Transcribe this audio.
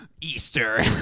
Easter